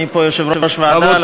אני פה יושב-ראש ועדה,